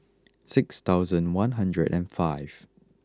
six thousand one hundred and five